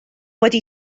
wedi